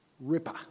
ripper